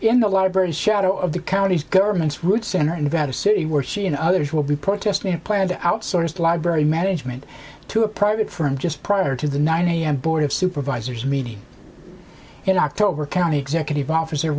in the library shadow of the county's government's rude center and got a city where she and others will be protesting a plan to outsource library management to a private firm just prior to the nine am board of supervisors meeting in october county executive officer